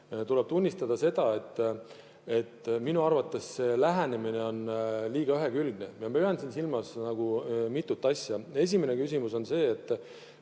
tuleb tunnistada, et minu arvates see lähenemine on liiga ühekülgne. Ma pean siin silmas mitut asja. Esimene küsimus on see, et